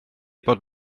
bod